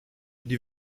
die